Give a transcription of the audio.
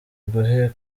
iguhe